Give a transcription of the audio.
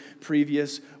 previous